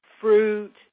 Fruit